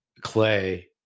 Clay